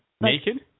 Naked